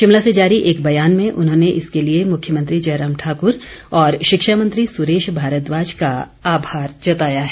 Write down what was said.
शिमला से जारी एक बयान में उन्होंने इसके लिए मुख्यमंत्री जयराम ठाकुर और शिक्षा मंत्री सुरेश भारद्वाज का आभार जताया है